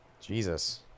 jesus